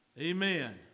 amen